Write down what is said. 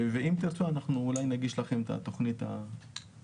ואם תרצו אולי נגיש לכם את התכנית המפורטת.